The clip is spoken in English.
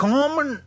Common